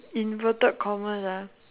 inverted commas ah